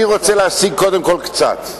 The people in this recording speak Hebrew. אני רוצה להשיג קודם כול קצת,